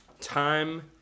time